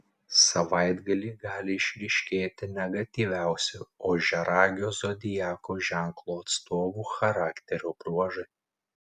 savaitgalį gali išryškėti negatyviausi ožiaragio zodiako ženklo atstovų charakterio bruožai